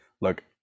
look